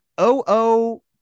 OO